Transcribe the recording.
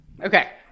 Okay